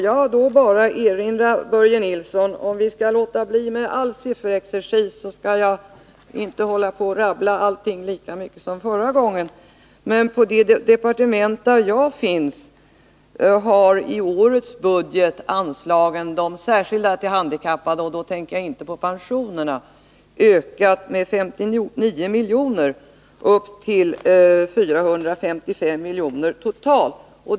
Jag skall låta bli sifferexercisen och inte rabbla lika mycket som förra gången, bara säga till Börje Nilsson att på det departement där jag arbetar har i årets budget de särskilda anslagen till handikappade — och då tänker jag inte på pensionerna — ökat med 59 miljoner upp till totalt 455 miljoner.